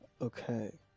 okay